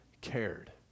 cared